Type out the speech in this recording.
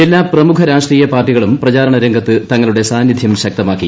എല്ലാ പ്രമുഖ രാഷ്ട്രീയ പാർട്ടികളും പ്രചാരണ രംഗത്ത് തങ്ങളുടെ സാന്നിധ്യം ശക്തമാക്കി